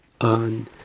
on